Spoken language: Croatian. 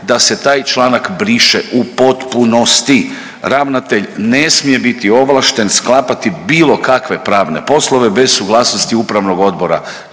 da se taj članak briše u potpunosti. Ravnatelj ne smije biti ovlašten sklapati bilo kakve pravne poslove bez suglasnosti upravnog odbora,